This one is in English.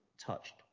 touched